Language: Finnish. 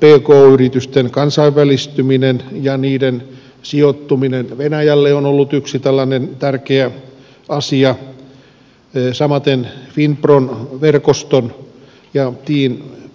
pk yritysten kansainvälistyminen ja niiden sijoittuminen venäjälle on ollut yksi tällainen tärkeä asia samaten finpron verkoston ja